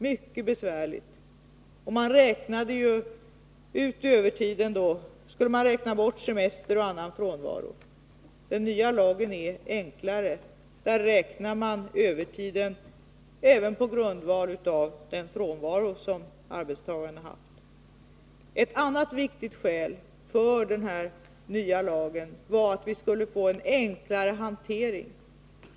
När man skulle räkna ut övertiden, måste man bortse från semester och annan frånvaro. Den nya lagen är enklare. Övertiden räknas nu även på grundval av uppgifter om arbetstagarens frånvaro. 2. Strävan efter en enklare hantering.